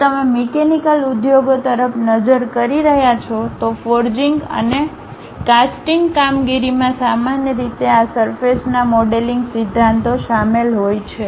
જો તમે મિકેનિકલ ઉદ્યોગો તરફ નજર કરી રહ્યા છો તો ફોર્જિંગ અને કાસ્ટિંગ કામગીરીમાં સામાન્ય રીતે આ સરફેસના મોડેલિંગ સિદ્ધાંતો શામેલ હોય છે